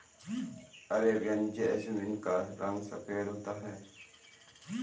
Arabian jasmine का रंग सफेद होता है